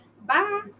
Bye